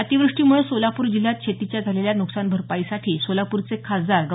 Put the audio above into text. अतिव्रष्टीमुळे सोलापूर जिल्ह्यात शेतीच्या झालेल्या नुकसान भरपाईसाठी सोलापूरचे खासदार डॉ